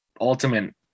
ultimate